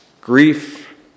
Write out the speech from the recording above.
grief